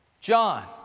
John